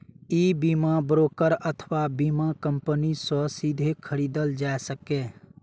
ई बीमा ब्रोकर अथवा बीमा कंपनी सं सीधे खरीदल जा सकैए